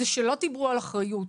זה שלא דיברו על אחריות.